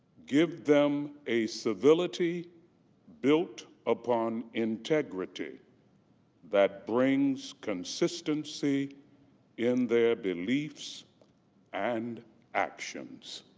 give them a civility built upon integrity that brings consistency in their beliefs and actions.